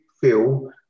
feel